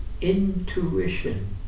intuition